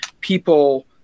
people